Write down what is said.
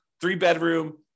three-bedroom